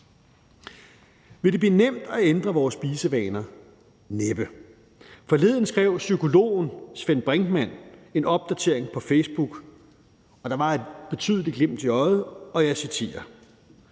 Vil det blive nemt at ændre vores spisevaner? Næppe! Forleden skrev psykologen Sven Brinkmann en opdatering på Facebook, og der var et betydeligt glimt i øjet: »Du tror